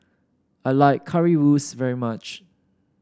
I like Currywurst very much